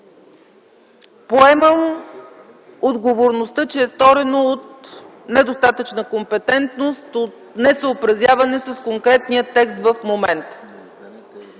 Поемам отговорността, че е сторено от недостатъчна компетентност, от несъобразяване с конкретния текст в момента.